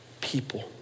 people